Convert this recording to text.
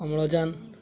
ଅମ୍ଳଜାନ